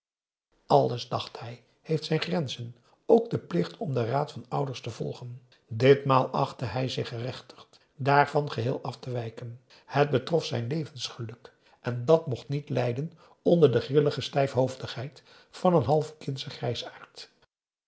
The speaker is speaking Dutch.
alles dacht hij heeft zijn grenzen ook de plicht om den raad van ouders te volgen ditmaal achtte hij zich gerechtigd daarvan geheel af te wijken het betrof zijn levensgeluk en dat mocht niet lijden onder de grillige stijfhoofdigheid van een half